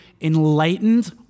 enlightened